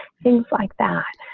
things like that.